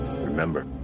Remember